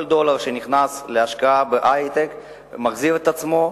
כל דולר שנכנס להשקעה בהיי-טק מחזיר את עצמו.